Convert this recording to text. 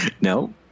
No